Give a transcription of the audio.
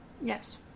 Yes